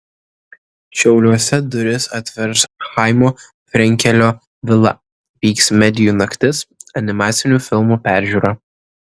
šiauliuose duris atvers chaimo frenkelio vila vyks medijų naktis animacinių filmų peržiūra